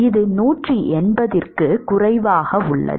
இது 180 க்கும் குறைவாக உள்ளது